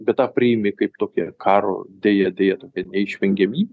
bet tą priimi kaip tokį karo deja deja tokią neišvengiamy